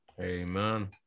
Amen